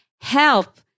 help